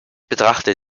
betrachte